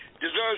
deserves